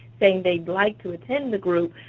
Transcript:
saying they'd like to attend the group,